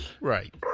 Right